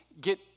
get